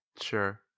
Sure